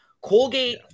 Colgate